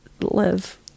live